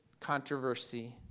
controversy